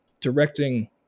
directing